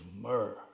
myrrh